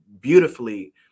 beautifully